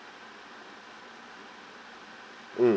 mm